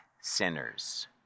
sinners